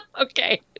okay